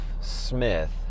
Smith